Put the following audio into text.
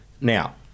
Now